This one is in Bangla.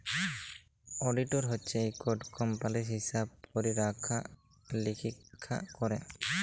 অডিটর হছে ইকট কম্পালির হিসাব পরিখ্খা লিরিখ্খা ক্যরে